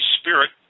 Spirit